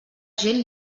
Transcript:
gent